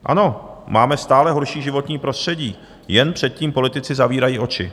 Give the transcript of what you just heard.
Ano, máme stále horší životní prostředí, jen před tím politici zavírají oči.